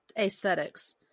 aesthetics